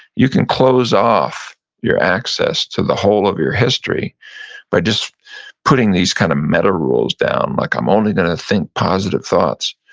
you can close off your access to the whole of your history by just putting these kinda kind of meta-rules down like, i'm only gonna think positive thoughts.